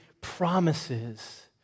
promises